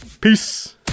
Peace